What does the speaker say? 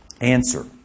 answer